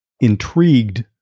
intrigued